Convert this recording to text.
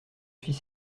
suis